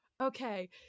okay